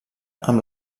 amb